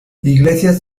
iglesias